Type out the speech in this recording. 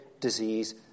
disease